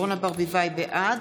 בעד